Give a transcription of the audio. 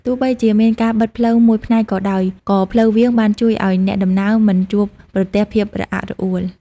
ទោះបីជាមានការបិទផ្លូវមួយផ្នែកក៏ដោយ ក៏ផ្លូវវាងបានជួយឱ្យអ្នកដំណើរមិនជួបប្រទះភាពរអាក់រអួល។